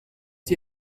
die